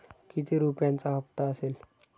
किती रुपयांचा हप्ता असेल?